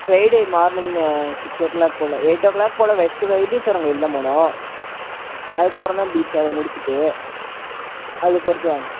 Friday morning six o'clock போல் eight o'clock போல் first Vaitheeswaran Koil தான் போகணும் அதற்கப்புறம் தான் பீச் அதை முடிச்சிவிட்டு அதை பொறுத்து வாங்க